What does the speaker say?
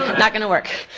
not gonna work.